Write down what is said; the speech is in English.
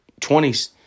20s